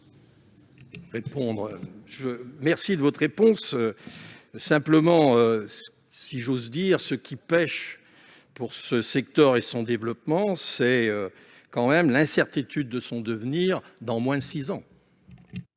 le secrétaire d'État. Simplement, si j'ose dire, ce qui pèche pour ce secteur et son développement, c'est quand même l'incertitude de son devenir dans moins de six ans